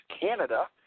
Canada